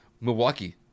Milwaukee